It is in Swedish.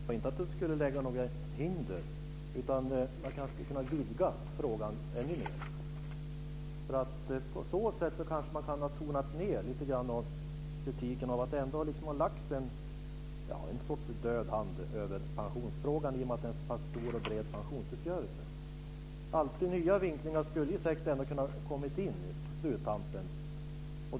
Fru talman! Jag sade inte att det skulle vara något hinder. Man skulle kanske kunna vidga frågan ännu mer. På så sätt kunde man kanske ha tonat ned kritiken om att det har lagts en sorts död hand över pensionsfrågan i och med att det är en så pass stor och bred pensionsuppgörelse. Nya vinklingar skulle säkert ha kunnat komma in på sluttampen.